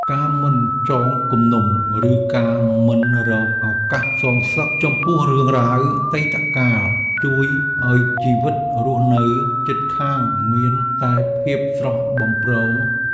ការមិនចងគំនុំឬការមិនរកឱកាសសងសឹកចំពោះរឿងរ៉ាវអតីតកាលជួយឱ្យជីវិតរស់នៅជិតខាងមានតែភាពស្រស់បំព្រង។